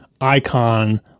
icon